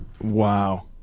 Wow